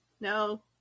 no